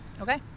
Okay